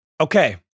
Okay